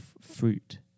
fruit